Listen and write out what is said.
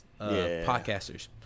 podcasters